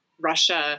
russia